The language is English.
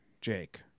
Jake